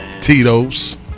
Tito's